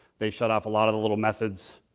they shut off a lot of the little methods